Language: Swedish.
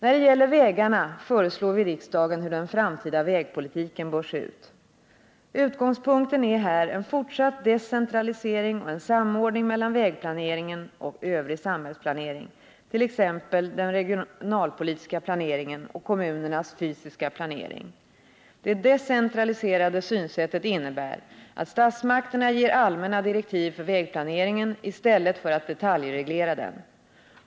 I fråga om vägarna föreslår vi riksdagen hur den framtida vägpolitiken bör se ut. Utgångspunkten är här en fortsatt decentralisering och en samordning mellan vägplaneringen och övrig samhällsplanering, t.ex. den regionalpolitiska planeringen och kommunernas fysiska planering. Det decentraliserade synsättet innebär att statsmakterna ger allmänna direktiv för vägplaneringen istället för att detaljreglera den.